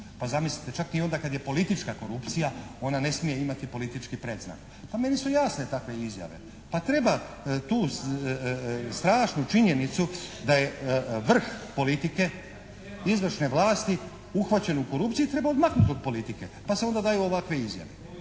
pa zamislite čak i onda kada je politička korupcija ona ne smije imati politički predznak. Pa meni su jasne takve izjave. Pa treba tu strašnu činjenicu da je vrh politike izvršne vlasti uhvaćen u korupciji i treba odmaknuti od politike pa se onda daju ovakve izjave,